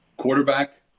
quarterback